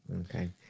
Okay